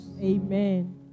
Amen